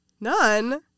None